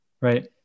right